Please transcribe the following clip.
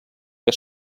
que